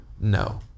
no